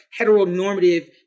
heteronormative